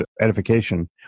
edification